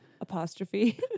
apostrophe